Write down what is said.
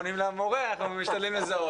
וחשוב לי להשלים את התמונה של איל